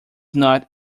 not